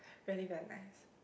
really very nice